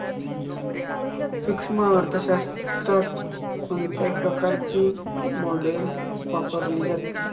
सूक्ष्म अर्थशास्त्रात कोणत्या प्रकारची मॉडेल्स वापरली जातात?